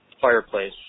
fireplace